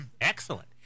Excellent